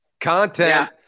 content